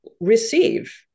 receive